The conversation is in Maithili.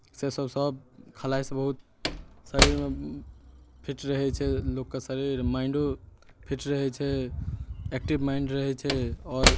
से सब सब खेलायसँ बहुत शरीरमे फिट रहै छै लोकके शरीर माइन्डो फिट रहै छै एक्टिव माइण्ड रहै छै आओर